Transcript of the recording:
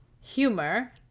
humor